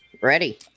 Ready